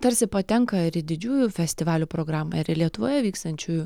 tarsi patenka ir į didžiųjų festivalių programą ir į lietuvoje vykstančiųjų